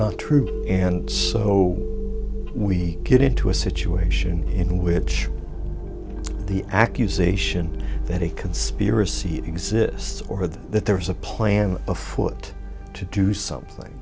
not true and so we get into a situation in which the accusation that a conspiracy exists or that there's a plan afoot to do something